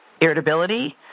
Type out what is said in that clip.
irritability